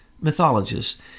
mythologists